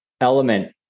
element